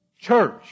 church